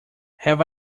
have